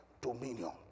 dominion